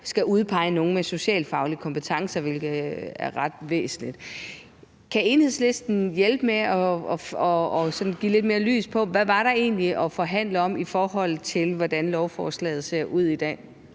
skal udpege nogle med socialfaglige kompetencer, hvilket er ret væsentligt. Kan Enhedslisten hjælpe med at sætte lidt mere lys på, hvad der egentlig var at forhandle om, i forhold til hvordan lovforslaget ser ud i dag?